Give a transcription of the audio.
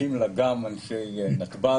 שותפים לה גם אנשי נתב"ג,